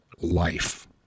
life